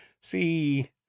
see